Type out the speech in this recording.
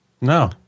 No